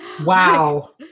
Wow